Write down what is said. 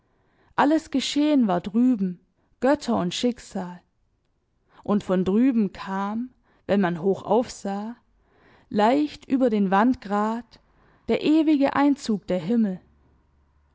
alles geschehen war drüben götter und schicksal und von drüben kam wenn man hoch aufsah leicht über den wandgrat der ewige einzug der himmel